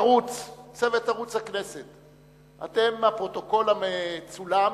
לצוות ערוץ הכנסת, אתם הפרוטוקול המצולם,